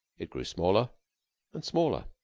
it grew smaller and smaller.